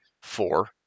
four